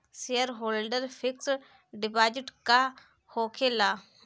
Shareholder fix deposit का होखे ला?